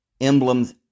emblems